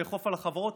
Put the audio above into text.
לאכוף על החברות,